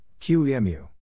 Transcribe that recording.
QEMU